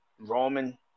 Roman